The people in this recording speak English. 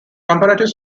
comparative